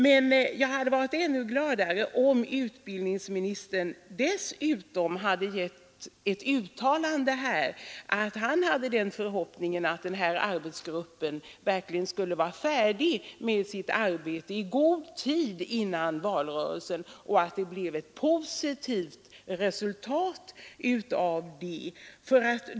Men jag hade blivit ännu gladare, om utbildningsministern dessutom hade uttalat den förhoppningen, att arbetsgruppen verkligen skulle bli färdig med sitt arbete i god tid före valrörelsen och att resultatet av detta arbete skulle bli positivt.